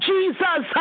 Jesus